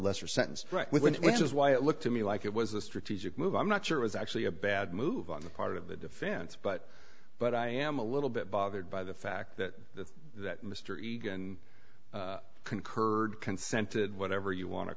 lesser sentence which is why it looked to me like it was a strategic move i'm not sure it was actually a bad move on the part of the defense but but i am a little bit bothered by the fact that the that mr egan concurred consented whatever you wan